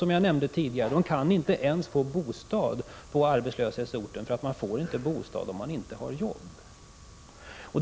Som jag nämnde tidigare kan de inte ens få bostad på arbetslöshetsorten, eftersom man inte får bostad om man inte har jobb.